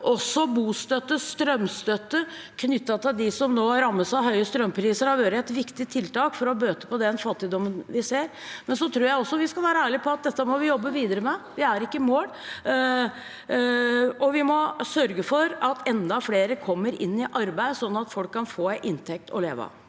Også bostøtte og strømstøtte til dem som nå rammes av høye strømpriser, har vært et viktig tiltak for å bøte på den fattigdommen vi ser. Men jeg tror også vi skal være ærlige på at dette må vi jobbe videre med. Vi er ikke i mål, og vi må sørge for at enda flere kommer i arbeid, sånn at folk kan få en inntekt å leve av.